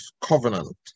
covenant